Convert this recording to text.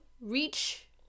reach